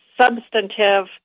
substantive